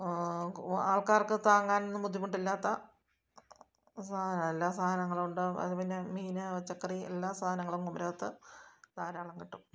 ആൾക്കാർക്ക് താങ്ങാനൊന്നും ബുദ്ധിമുട്ടില്ലാത്ത സാധന എല്ലാ സാധനങ്ങളും ഉണ്ടാകും അതു പിന്നെ മീൻ പച്ചക്കറി എല്ലാ സാധനങ്ങളും കുമരകത്ത് ധാരാളം കിട്ടും